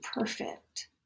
perfect